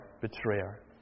betrayer